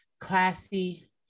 classy